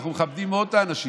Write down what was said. אנחנו מכבדים מאוד את האנשים.